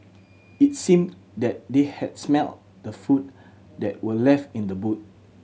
it seemed that they had smelt the food that were left in the boot